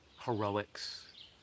heroics